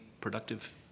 productive